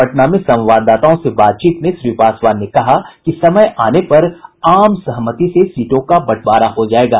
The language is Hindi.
पटना में संवाददाताओं से बातचीत में श्री पासवान ने कहा कि समय आने पर आम सहमति से सीटों को बंटवारा हो जायेगा